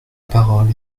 parole